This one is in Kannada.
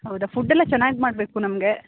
ಹೌದಾ ಫುಡ್ ಎಲ್ಲ ಚೆನ್ನಾಗಿ ಮಾಡಬೇಕು ನಮಗೆ